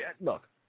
Look